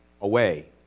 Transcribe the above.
away